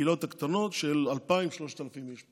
בקהילות הקטנות של 2,000, 3,000 איש.